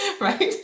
right